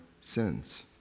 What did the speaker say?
sins